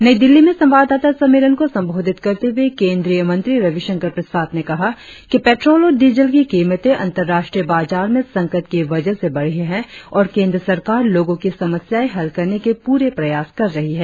नई दिल्ली में संवाददाता सम्मेलन को संबोधित करते हुए केंद्रीय मंत्री रविशंकर प्रसाद ने कहा कि पेट्रोल और डीजल की कीमते अंतर्राष्ट्रीय बजार में संकट की वजह से बढ़ी है और केंद्र सरकार लोगों की समस्याएं हल करने के पूरे प्रयास कर रही है